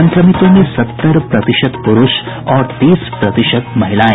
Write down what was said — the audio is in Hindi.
संक्रमितों में सत्तर प्रतिशत पुरूष और तीस प्रतिशत महिलाएं